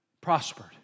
prospered